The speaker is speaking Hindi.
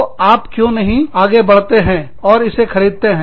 तो आप क्यों नहीं आगे बढ़ते हैं और इसे खरीदते हैं